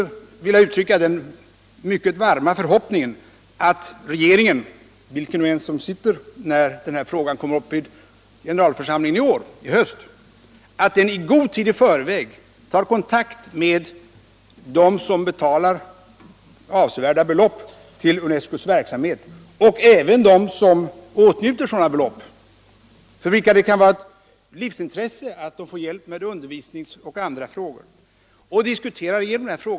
Jag vill uttrycka den mycket varma förhoppningen att svenska regeringen — vilken regering som än sitter när denna fråga kommer upp i generalförsamlingen i höst — i god tid i förväg tar kontakt med de länder som betalar avsevärda belopp till UNESCO:s verksamhet och även de länder som får ta emot de pengarna och för vilka det kan vara ett livsintresse att få hjälp med undervisning och andra verksamheter och diskuterar igenom problemen.